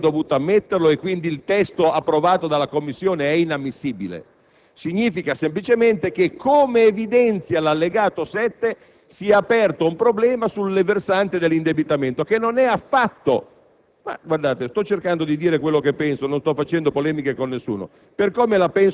signor Presidente, non vuol dire che l'emendamento era inammissibile e, non avrei dovuto ammetterlo e quindi il testo approvato dalla Commissione è inammissibile. Significa semplicemente che, come evidenzia l'allegato 7, si è aperto un problema sul versante dell'indebitamento. Sto cercando di